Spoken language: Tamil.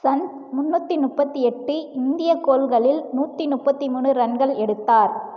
சந்த் முன்னூற்றி முப்பத்தி எட்டு இந்திய கோல்களில் நூற்றி முப்பத்தி மூணு ரன்கள் எடுத்தார்